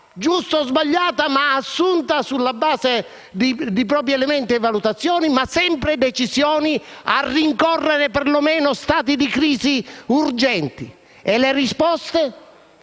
giusta o sbagliata, assunta sulla base di propri elementi e valutazioni, ma fossero sempre decisioni a rincorrere perlomeno stati di crisi urgenti. Le risposte